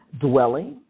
dwelling